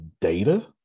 data